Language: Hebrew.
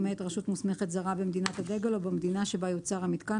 מאת רשות מוסמכת זרה במדינת הדגל או במדינה שבה יוצר המיתקן,